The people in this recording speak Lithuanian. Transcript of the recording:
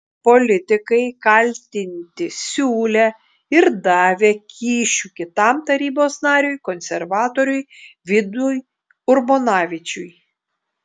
politikai kaltinti siūlę ir davę kyšių kitam tarybos nariui konservatoriui vidui urbonavičiui